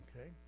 Okay